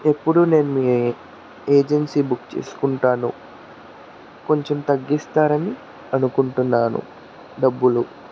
ఇప్పుడు నేను మీ ఏజెన్సీ బుక్ చేసుకుంటాను కొంచెం తగ్గిస్తారని అనుకుంటున్నాను డబ్బులు